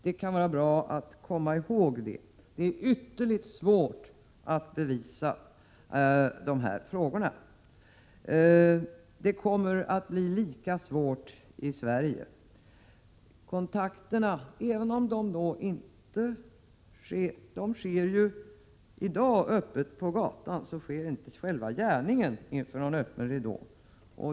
Det kan vara bra att komma ihåg det. Det är ytterligt svårt att bevisa någonting vad beträffar männen, och det kommer att bli lika svårt i Sverige. Även om kontakterna i dag sker öppet på gatan, så sker inte själva gärningen inför öppen ridå.